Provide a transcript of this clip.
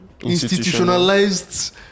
institutionalized